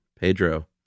Pedro